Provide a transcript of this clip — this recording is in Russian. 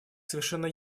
совершенно